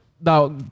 Now